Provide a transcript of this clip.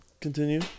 Continue